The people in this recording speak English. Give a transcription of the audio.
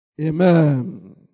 amen